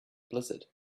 blizzard